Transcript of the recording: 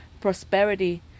prosperity